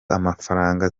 amafaranga